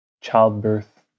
childbirth